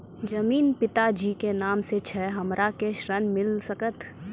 जमीन पिता जी के नाम से छै हमरा के ऋण मिल सकत?